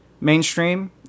mainstream